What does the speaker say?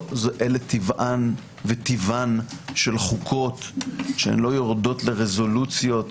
אלה טיבן וטבען של חוקות שלא יורדות לרזולוציות